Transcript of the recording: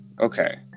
Okay